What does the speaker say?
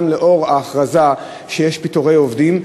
גם עקב ההכרזה על פיטורי עובדים,